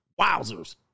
Wowzers